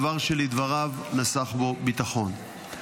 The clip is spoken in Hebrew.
דבר שלדבריו נסך בו ביטחון.